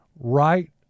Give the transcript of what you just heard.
right